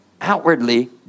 outwardly